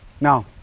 Now